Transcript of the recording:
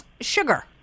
sugar